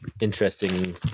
interesting